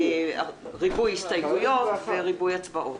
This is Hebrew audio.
ריבוי הסתייגויות וריבוי הצבעות.